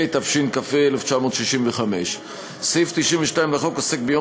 התשכ"ה 1965. סעיף 92 לחוק עוסק ביום